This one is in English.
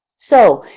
so,